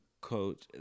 coach